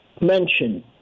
mention